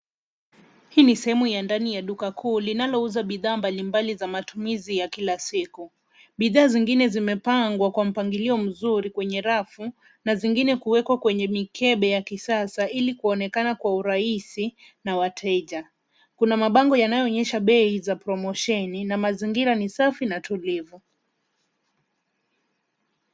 Hii ni sehemu ya ndani ya duka kuu linalouza bidhaa mbalimbali za matumizi ya kila siku. Bidhaa zingine zimepangwa kwa mpangilio mzuri kwenye rafu na zingine kuwekwa kwenye mikebe ya kisasa ili kuonekana kwa urahisi na wateja. Kuna mabango yanayoonyesha bei za promosheni na mazingira ni safi na tulivu.